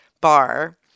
bar